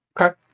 Okay